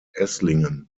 esslingen